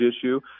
issue